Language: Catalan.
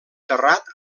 terrat